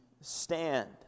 stand